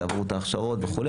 שעברו את ההכשרות וכו',